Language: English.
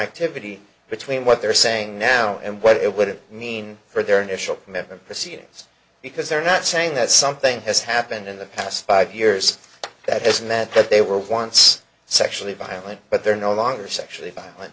connectivity between what they're saying now and what it would mean for their initial commitment proceedings because they're not saying that something has happened in the past five years that isn't that that they were once sexually violent but they're no longer sexually violent